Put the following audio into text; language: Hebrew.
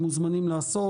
הם מוזמנים לעשות כן.